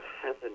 heaven